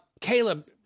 Caleb